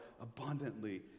abundantly